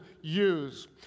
use